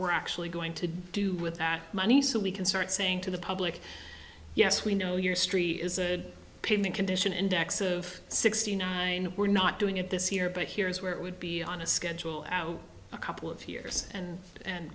we're actually going to do with that money so we can start saying to the public yes we know your street is a pain the condition index of sixty nine we're not doing it this year but here is where it would be on a schedule out a couple of hears and and